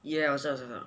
yeah 我知道我知道